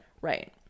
Right